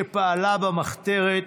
שפעלה במחתרת,